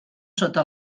sota